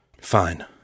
Fine